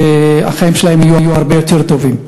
החיים שלהם יהיו הרבה יותר טובים.